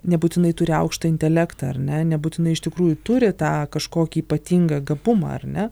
nebūtinai turi aukštą intelektą ar ne nebūtinai iš tikrųjų turi tą kažkokį ypatingą gabumą ar ne